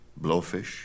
blowfish